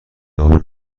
دار